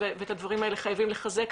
ואת הדברים האלה חייבים לחזק,